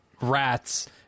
rats